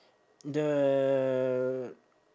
the